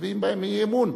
מצביעים בהם אי-אמון.